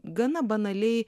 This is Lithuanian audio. gana banaliai